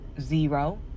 Zero